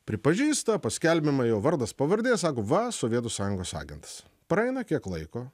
pripažįsta paskelbiama jo vardas pavardė sako va sovietų sąjungos agentas praeina kiek laiko